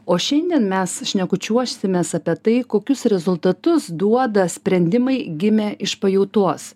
o šiandien mes šnekučiuosimės apie tai kokius rezultatus duoda sprendimai gimę iš pajautos